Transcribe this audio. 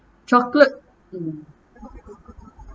chocolate mm